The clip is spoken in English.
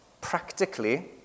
practically